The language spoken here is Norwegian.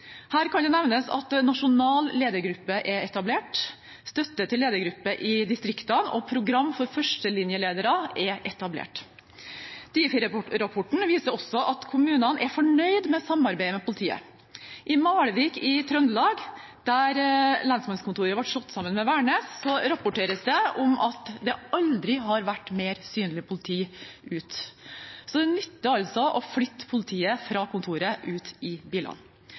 Her kan det nevnes at nasjonal ledergruppe er etablert. Støtte til ledergruppe i distriktene og program for førstelinjeledere er etablert. Difi-rapporten viser også at kommunene er fornøyd med samarbeidet med politiet. I Malvik i Trøndelag, der lensmannskontoret ble slått sammen med Værnes, rapporteres det at det aldri har vært mer synlig politi ute. Det nytter altså å flytte politiet fra kontoret og ut i bilene.